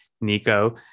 Nico